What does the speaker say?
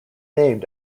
named